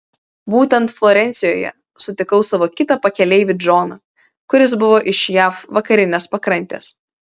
būtent florencijoje sutikau savo kitą pakeleivį džoną kuris buvo iš jav vakarinės pakrantės